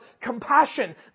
compassion